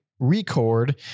record